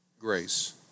grace